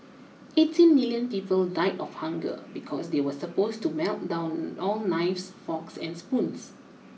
eighteen million people died of hunger because they were supposed to melt down all knives forks and spoons